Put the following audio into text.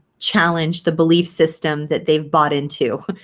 challenge the belief system that they've bought into.